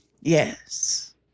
Yes